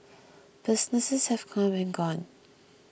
businesses have come and gone